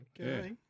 Okay